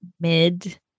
mid